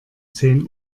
zehn